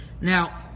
now